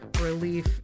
relief